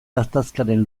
gatazkaren